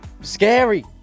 scary